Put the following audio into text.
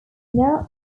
now